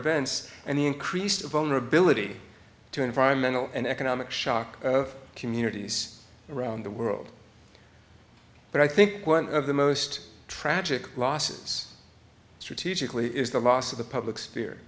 events and the increased vulnerability to environmental and economic shock communities around the world but i think one of the most tragic losses strategically is the loss of the public sphere